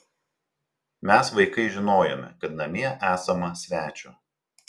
mes vaikai žinojome kad namie esama svečio